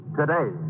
today